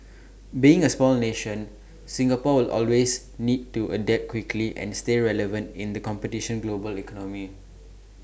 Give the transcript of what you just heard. being A small nation Singapore will always need to adapt quickly and stay relevant in the competition global economy